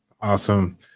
Awesome